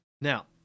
Now